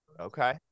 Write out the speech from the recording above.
Okay